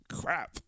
crap